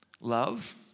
Love